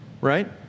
right